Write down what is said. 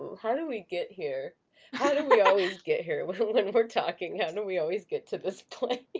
how do we get here? how do we always get here when we we kind of are talking? how do we always get to this place?